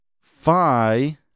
phi